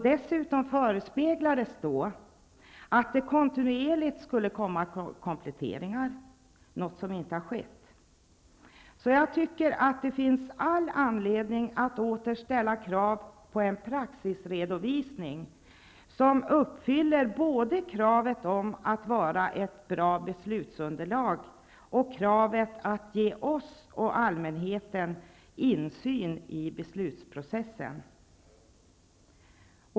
Dessutom förespeglades att det kontinuerligt skulle komma kompletteringar, något som inte har skett. Jag tycker att det finns all anledning att åter ställa krav på en praxisredovisning som både är att vara ett bra beslutsunderlag och ger oss och allmänheten insyn i beslutsprocessen.